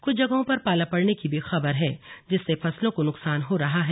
कुछ जगहों पर पाला पड़ने की भी खबर है जिससे फसलों को नुकसान हो रहा है